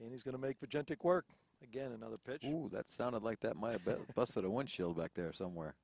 and he's going to make a gentle work again another pitch that sounded like that might have been busted a one she'll back there somewhere